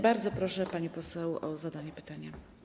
Bardzo proszę, pani poseł, o zadanie pytania.